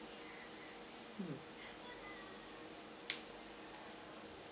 mm